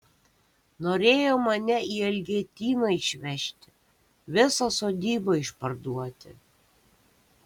norėjo mane į elgetyną išvežti visą sodybą išparduoti